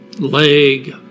Leg